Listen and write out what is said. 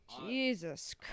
jesus